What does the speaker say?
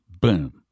Boom